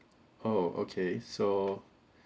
oh okay so